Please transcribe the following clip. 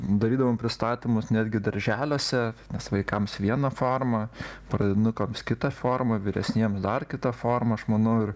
darydavom pristatymus netgi darželiuose nes vaikams viena forma pradinukams kita forma vyresniems dar kita forma aš manau ir